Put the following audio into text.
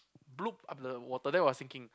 bloop up the water then I was thinking